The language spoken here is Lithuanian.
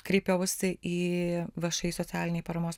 kreipiausi į všį socialiniai paramos